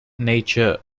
nature